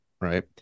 right